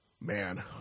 Man